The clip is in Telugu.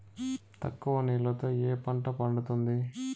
తక్కువ నీళ్లతో ఏ పంట పండుతుంది?